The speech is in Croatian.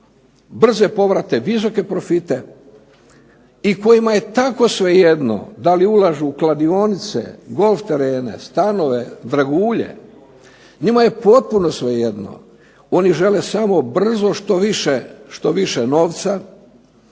brze povrate, visoke profite i kojima je tako svejedno da li ulažu u kladionice, golf terene, stanove, dragulje. Njima je potpuno svejedno, oni žele samo brzo što više novca.